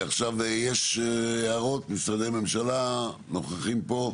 יש הערות לנציגי משרדי הממשלה שנוכחים פה?